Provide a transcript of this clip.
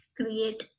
Create